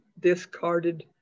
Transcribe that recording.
discarded